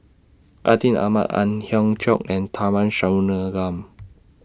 Atin Amat Ang Hiong Chiok and Tharman